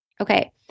Okay